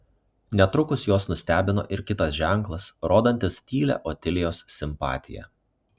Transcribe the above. netrukus juos nustebino ir kitas ženklas rodantis tylią otilijos simpatiją